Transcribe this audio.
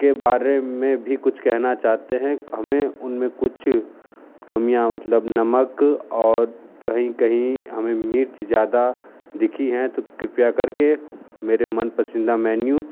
के बारे में भी कुछ कहना चाहते है हमें उनमें कुछ कमियाँ मतलब नमक और कहीं कहीं हमें मिर्च ज़्यादा दिखी है तो कृपया करके मेरे मन पसिंदा मेन्यू